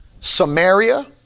Samaria